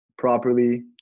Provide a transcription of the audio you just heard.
properly